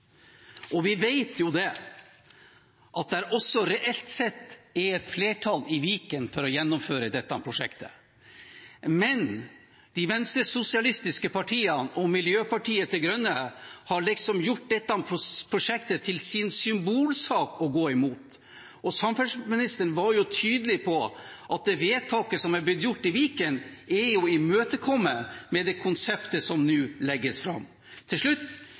Vi vet at det også reelt sett er et flertall i Viken for å gjennomføre dette prosjektet, men de venstresosialistiske partiene og Miljøpartiet De Grønne har liksom gjort dette prosjektet til sin symbolsak å gå imot. Samferdselsministeren var tydelig på at det vedtaket som er blitt gjort i Viken, er å imøtekomme det konseptet som nå legges fram. Til slutt